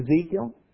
Ezekiel